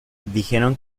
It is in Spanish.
dijeron